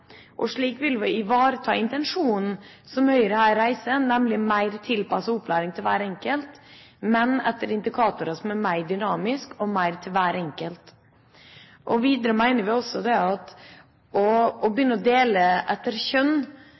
det. Slik vil vi ivareta Høyres intensjon, nemlig mer tilpasset opplæring til hver enkelt, men etter indikatorer som er mer dynamiske, og mer til hver enkelt. Videre mener vi også at å begynne å dele etter kjønn